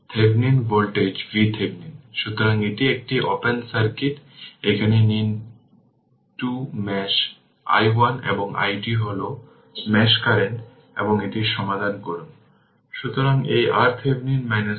সুতরাং তাই এটি কিন্তু এটি একটি জিনিস সেখানে এটি t 0 এ অসংজ্ঞায়িত কিন্তু যখন এটি t 0 এ অসংজ্ঞায়িত হয় এটি 0 t 0 এটি 0 t 0 হল 1 কিন্তু অসংজ্ঞায়িত